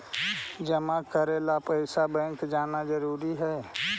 जमा करे ला पैसा बैंक जाना जरूरी है?